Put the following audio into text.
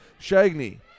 Shagney